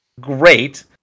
Great